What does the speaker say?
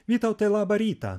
vytautai labą rytą